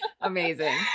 Amazing